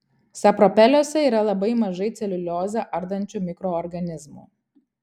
sapropeliuose yra labai mažai celiuliozę ardančių mikroorganizmų